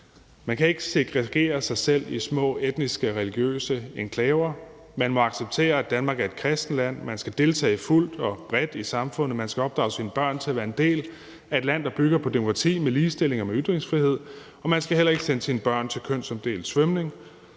Man kan ikke segregere sig selv i små etniske og religiøse enklaver. Man må acceptere, at Danmark er et kristent land. Man skal deltage fuldt og bredt i samfundet. Man skal opdrage sine børn til at være en del af et land, der bygger på demokrati, med ligestilling og med ytringsfrihed, og man skal heller ikke sende sine børn til kønsopdelt svømning.